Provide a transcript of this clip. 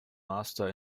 master